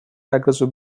aggressive